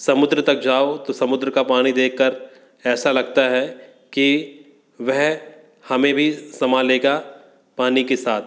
समुद्र तक जाओ तो समुद्र का पानी देख कर ऐसा लगता है कि वह हमें भी समा लेगा पानी के साथ